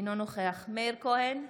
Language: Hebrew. אינו נוכח מאיר כהן,